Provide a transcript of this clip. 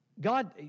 God